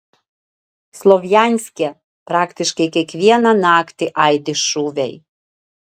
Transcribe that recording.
slovjanske praktiškai kiekvieną naktį aidi šūviai